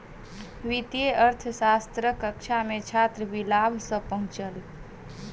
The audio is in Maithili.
वित्तीय अर्थशास्त्रक कक्षा मे छात्र विलाभ सॅ पहुँचल